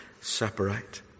separate